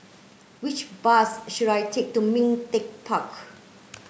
which bus should I take to Ming Teck Park